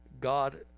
god